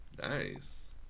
nice